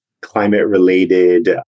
climate-related